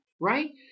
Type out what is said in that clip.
right